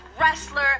wrestler